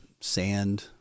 sand